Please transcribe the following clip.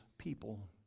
people